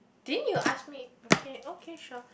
do you need to ask me okay okay sure